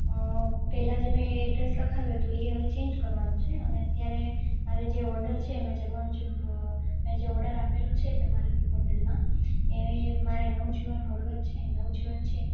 અં પહેલાં જે મેં એડ્રેસ લખાવ્યું હતું એ હવે ચેન્જ કરવાનું છે અને અત્યારે મારે જે ઓડર છે મેં જમવવાનું જે અ મેં જે ઓડર આપેલો છે તમારી હોટૅલમાં એ મારે નવજીવન હળવદ છે નવજીવન છે